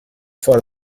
for